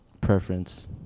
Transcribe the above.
preference